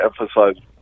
emphasize